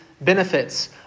benefits